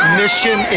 mission